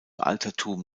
altertum